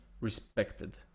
respected